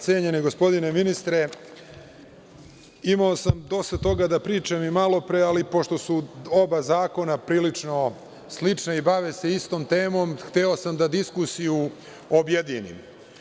Cenjeni gospodine ministre, imao sam dosta toga da pričam i malo pre, ali pošto su oba zakona prilično slična i bave se istom temom, hteo sam da diskusiju objedinim.